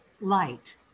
light